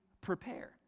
prepare